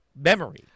memory